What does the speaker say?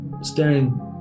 staring